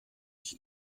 ich